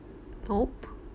nope